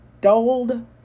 dulled